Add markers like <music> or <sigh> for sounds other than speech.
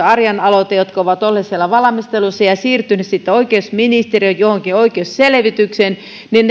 <unintelligible> arjan aloite jotka ovat olleet siellä valmistelussa ja ja siirtyneet oikeusministeriöön johonkin oikeusselvitykseen